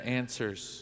answers